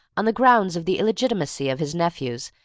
on the grounds of the illegitimacy of his nephews,